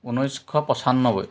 ঊনৈছশ পঁচান্নব্বৈ